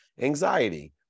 anxiety